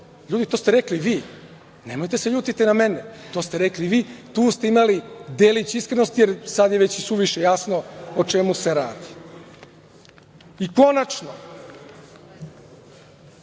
Ljudi, to ste rekli vi, nemojte da se ljutite na mene, to ste rekli vi, tu ste imali delić iskrenosti, jer sada je već i suviše jasno o čemu se radi. Konačno,